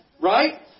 Right